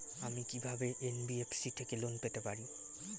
আমি কি কিভাবে এন.বি.এফ.সি থেকে লোন পেতে পারি?